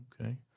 Okay